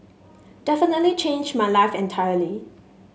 definitely changed my life entirely